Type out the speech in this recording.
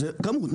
מדובר בכמות,